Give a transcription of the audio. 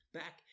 back